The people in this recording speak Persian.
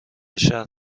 شهر